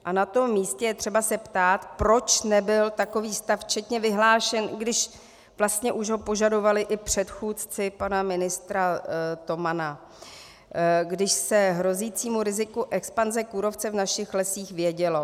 A na tom místě je třeba se ptát, proč nebyl takový stav včetně vyhlášen, i když vlastně už ho požadovali i předchůdci pana ministra Tomana, když se o hrozícím riziku expanze kůrovce v našich lesích vědělo.